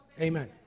Amen